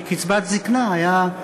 כי השם קצבת זיקנה היה,